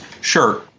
Sure